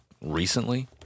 recently